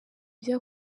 ibyo